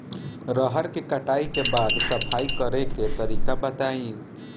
रहर के कटाई के बाद सफाई करेके तरीका बताइ?